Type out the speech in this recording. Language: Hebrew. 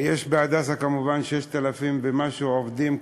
ב"הדסה" יש 6,000 ומשהו עובדים,